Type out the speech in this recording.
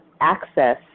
access